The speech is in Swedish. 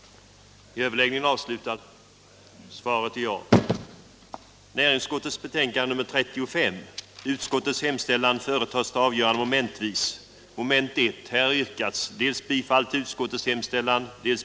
den det ej vill röstar nej. den det ej vill röstar nej. den det ej vill röstar nej. den det ej vill röstar nej. den det ej vill röstar nej. den det ej vill röstar nej.